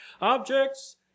Objects